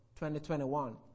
2021